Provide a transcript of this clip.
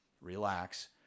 relax